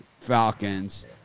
Falcons